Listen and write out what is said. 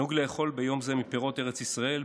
נהוג לאכול ביום זה מפירות ארץ ישראל,